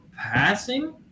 passing